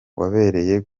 wabereye